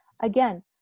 again